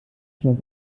schon